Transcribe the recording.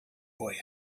boy